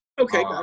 okay